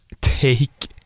take